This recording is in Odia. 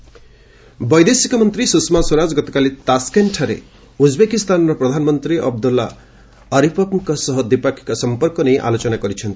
ସ୍ୱଷମା ଉଜ୍ବେକିସ୍ତାନ ବୈଦେଶିକ ମନ୍ତ୍ରୀ ସୁଷମା ସ୍ୱରାଜ ଗତକାଲି ତାସ୍କେଣ୍ଟଠାରେ ଉଜ୍ବେକୀସ୍ତାନର ପ୍ରଧାନମନ୍ତ୍ରୀ ଅବଦୁଲ୍ଲା ଅରିପଭ୍ଙ୍କ ସହ ଦ୍ୱିପାକ୍ଷିକ ସମ୍ପର୍କ ନେଇ ଆଲୋଚନା କରିଛନ୍ତି